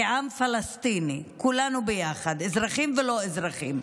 כעם פלסטיני, כולנו ביחד, אזרחים ולא אזרחים.